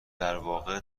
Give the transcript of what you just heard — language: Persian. درواقع